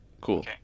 Cool